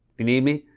if you need me,